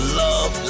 love